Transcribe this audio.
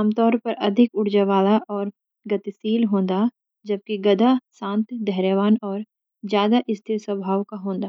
आमतौर पर अधिक ऊर्जा वाला और गतिशील होनंदा, जबकि गधा शांत, धैर्यवान, और ज्यादा स्थिर स्वभाव का हों दा।